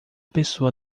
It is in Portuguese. pessoa